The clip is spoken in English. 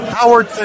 Howard